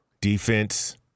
Defense